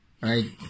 right